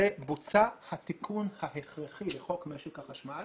בוצע התיקון ההכרחי לחוק משק החשמל